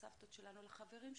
את הזכויות הבריאותיות